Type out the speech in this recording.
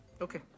Okay